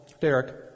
Derek